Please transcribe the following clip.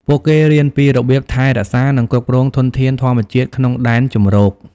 ពួកគេរៀនពីរបៀបថែរក្សា និងគ្រប់គ្រងធនធានធម្មជាតិក្នុងដែនជម្រក។